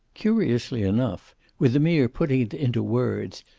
curiously enough, with the mere putting it into words,